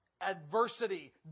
adversity